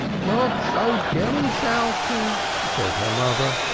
not so jealous, alte, said her mother.